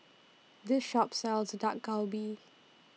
This Shop sells Dak Galbi